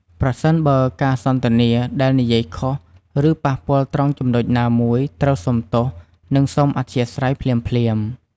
ប្រសិនបើការសន្ទនាដែលនិយាយខុសឬប៉ះពាល់ត្រង់ចំណុចណាមួយត្រូវសុំទោសនិងសុំអធ្យាស្រ័យភ្លាមៗ។